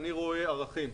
אני רואה ערכים.